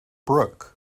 brook